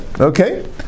Okay